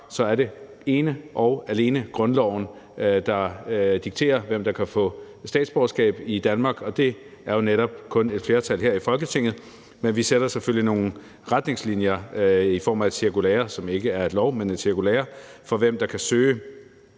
nok er det ene og alene grundloven, der dikterer, hvem der kan få statsborgerskab i Danmark, og det er jo netop kun et flertal her i Folketinget, der kan give det, men vi sætter selvfølgelig nogle retningslinjer op i form af et cirkulære, som ikke er en lov, men et cirkulære, for, hvem der kan søge.